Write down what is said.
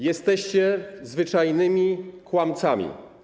Jesteście zwyczajnymi kłamcami.